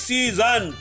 Season